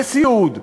בסיעוד,